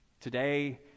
Today